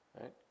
right